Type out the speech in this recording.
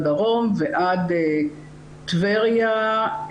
בדרום ועד טבריה ,